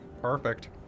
Perfect